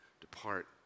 depart